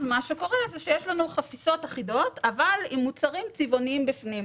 מה שקורה זה שיש לנו חפיסות אחידות אבל עם מוצרים צבעוניים בפנים.